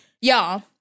y'all